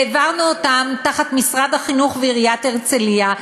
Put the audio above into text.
והעברנו אותם תחת משרד החינוך ועיריית הרצליה,